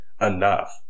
enough